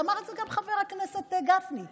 ואמר את זה גם חבר הכנסת גפני בהגינותו,